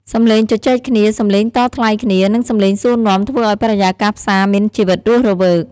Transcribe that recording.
សម្លេងជជែកគ្នា សម្លេងតថ្លៃគ្នា និងសម្លេងសួរនាំធ្វើឱ្យបរិយាកាសផ្សារមានជីវិតរស់រវើក។